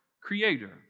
Creator